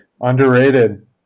Underrated